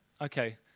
Okay